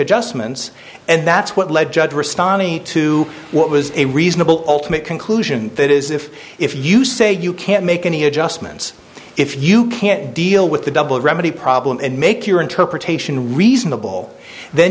adjustments and that's what led judge responding to what was a reasonable ultimate conclusion that is if if you say you can't make any adjustments if you can't deal with the double remedy problem and make your interpretation reasonable then